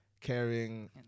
caring